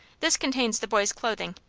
this contains the boy's clothing.